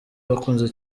wakunze